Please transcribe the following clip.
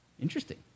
Interesting